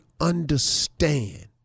understand